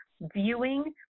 viewing